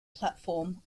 platform